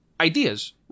Ideas